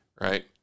Right